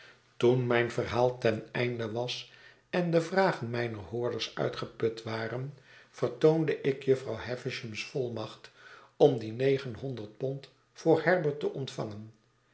toen mijn verhaal ten einde was en de vragen mijner hoorders uitgeput waren vertoonde ik jufvrouw havishams volmacht om die negenhonderd pond voor herbert te ontvangen